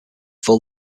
full